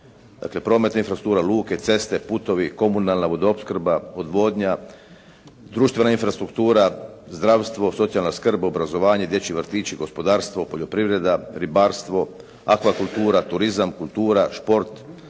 dakle prometna infrastruktura, luke, ceste, putovi, komunalna vodoopskrba, odvodnja, društvena infrastruktura, zdravstvo, socijalna skrb, obrazovanje, dječji vrtići, gospodarstvo, poljoprivreda, ribarstvo, akvakultura, turizam, kultura, šport,